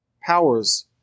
powers